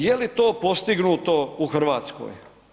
Je li to postignuto u Hrvatskoj?